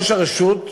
ראש הרשות,